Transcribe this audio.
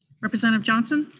representative johnson?